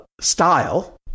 style